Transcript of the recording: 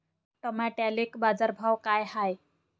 टमाट्याले बाजारभाव काय हाय?